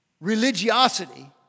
religiosity